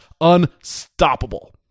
unstoppable